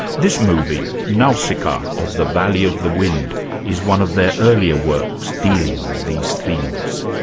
this movie, nausicaaa of the valley of the wind is one of their earlier works dealing with these themes.